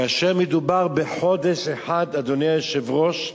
כאשר מדובר בחודש אחד, אדוני היושב-ראש,